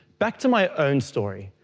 back to my own story.